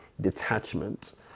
detachment